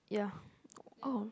yeah oh